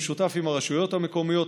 במשותף עם הרשויות המקומיות,